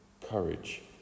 courage